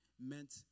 meant